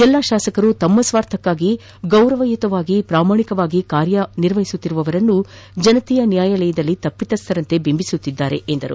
ಎಲ್ಲ ಶಾಸಕರು ತಮ್ಮ ಸ್ವಾರ್ಥಕ್ಕಾಗಿ ಗೌರವಯುತವಾಗಿ ಪ್ರಾಮಾಣಿಕವಾಗಿ ಕಾರ್ಯನಿರ್ವಹಿಸುತ್ತಿರುವವರನ್ನು ಜನತೆಯ ನ್ನಾಯಾಲದಲ್ಲಿ ತಪ್ಸಿತಸ್ಡರಂತೆ ಬಿಂಬಿಸುತ್ತಿದ್ದಾರೆ ಎಂದರು